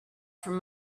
from